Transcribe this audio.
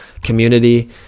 community